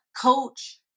coach